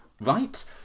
right